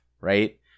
right